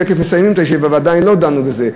תכף מסיימים את הישיבה, ועדיין לא דנו בזה.